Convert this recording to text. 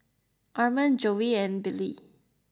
Arman Joey and Billye